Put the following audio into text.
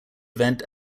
event